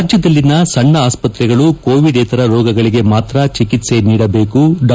ರಾಜ್ಗದಲ್ಲಿನ ಸಣ್ಣ ಆಸ್ತ್ರೆಗಳು ಕೋವಿಡೇತರ ರೋಗಗಳಿಗೆ ಮಾತ್ರ ಚಿಕಿತ್ವೆ ನೀಡಬೇಕು ಡಾ